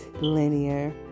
linear